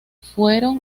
construidas